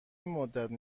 مدتی